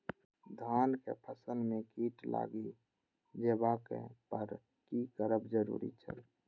धान के फसल में कीट लागि जेबाक पर की करब जरुरी छल?